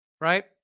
right